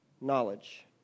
Knowledge